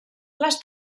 les